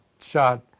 shot